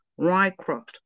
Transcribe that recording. Rycroft